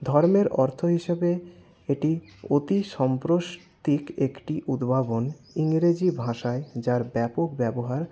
ধর্মের অর্থ হিসেবে এটি অতি সাম্প্রতিক একটি উদ্ভাবন ইংরেজি ভাষায় যার ব্যাপক ব্যবহার